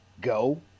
go